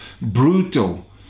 brutal